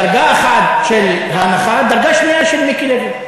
דרגה אחת של ההנחה, דרגה שנייה של מיקי לוי.